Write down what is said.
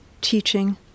teaching